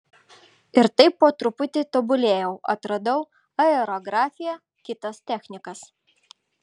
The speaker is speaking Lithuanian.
ir taip po truputį tobulėjau atradau aerografiją kitas technikas